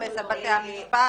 לעומס על בתי המשפט.